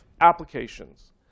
applications